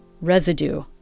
residue